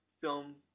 film